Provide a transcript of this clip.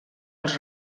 als